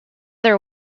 their